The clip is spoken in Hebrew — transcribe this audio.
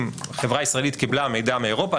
אם חברה ישראלית קיבלה מידע האירופה,